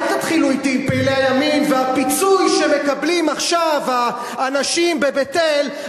אל תתחילו אתי: פעילי הימין והפיצוי שמקבלים עכשיו האנשים בבית-אל,